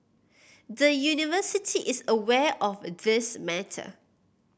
the University is aware of this matter